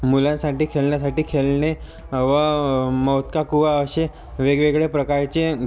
मुलांसाठी खेळण्यासाठी खेळणे व मौत का कुआ असे वेगवेगळ्या प्रकारचे